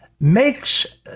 makes